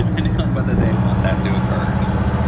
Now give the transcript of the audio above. ah and kind of whether they want that to occur or not.